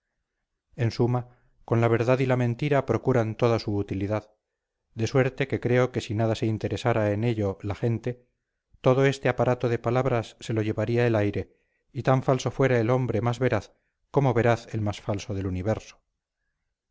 en suma con la verdad y la mentira procuran todos su utilidad de suerte que creo que si nada se interesara en ello la gente todo este aparato de palabras se lo llevaría el aire y tan falso fuera el hombre más veraz como veraz el más falso del universo